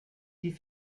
die